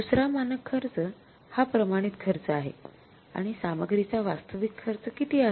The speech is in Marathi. दुसरा मानक खर्च हा प्रमाणित खर्च आहे आणि सामग्रीचा वास्तविक खर्च किती आहे